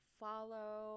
follow